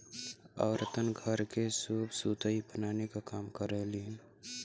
औरतन घर के सूप सुतुई बनावे क काम करेलीन